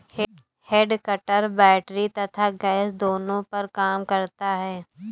head cutter battery तथा gas दोनों पर काम करता है